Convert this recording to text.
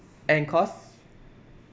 and cause